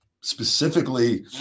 Specifically